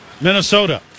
Minnesota